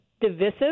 divisive